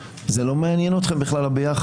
אני אומר בכנות ואספר לכם שביום חמישי